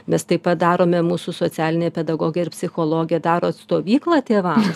mes taip pat darome mūsų socialinė pedagogė ir psichologė daro stovyklą tėvams